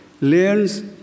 Learns